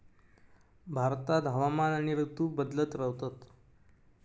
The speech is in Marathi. भारतात हवामान आणि ऋतू बदलत रव्हतत